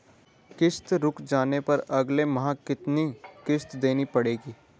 किश्त रुक जाने पर अगले माह कितनी किश्त देनी पड़ेगी?